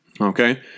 Okay